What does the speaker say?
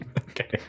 Okay